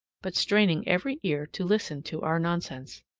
but straining every ear to listen to our nonsense.